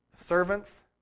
servants